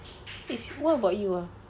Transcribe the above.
it's what about you ah